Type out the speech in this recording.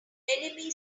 enemy